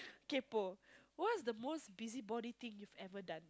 kaypo what's the most busybody thing you've done